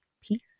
Peace